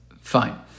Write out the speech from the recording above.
fine